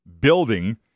building